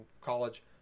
college